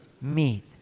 meet